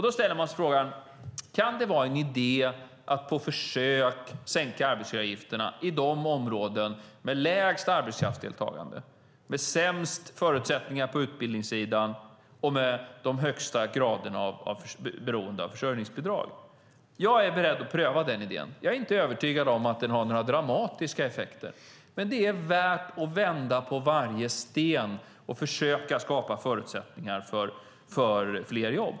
Då ställer man sig frågan: Kan det vara en idé att på försök sänka arbetsgivaravgifterna i de områden som har lägst arbetskraftsdeltagande, sämst förutsättningar på utbildningssidan och de högsta graderna av beroende av försörjningsbidrag? Jag är beredd att pröva den idén. Jag är inte övertygad om att den har några dramatiska effekter, men det är värt att vända på varje sten och försöka skapa förutsättningar för fler jobb.